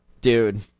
Dude